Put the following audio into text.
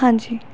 ਹਾਂਜੀ